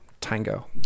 tango